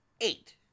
Eight